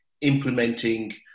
implementing